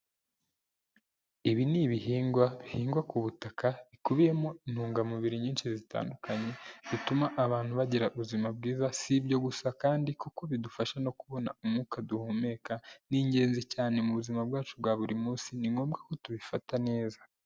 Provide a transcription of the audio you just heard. Ibi ni ibihingwa bihingwa ku butaka bikubiyemo intungamubiri nyinshi zitandukanye, bituma abantu bagira ubuzima bwiza si ibyo gusa kandi kuko bidufasha no kubona umwuka duhumeka ni ingenzi cyane mu buzima bwacu bwa buri munsi ni ngombwa ko tubifata neza.